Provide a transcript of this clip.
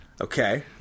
Okay